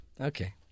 Okay